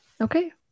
okay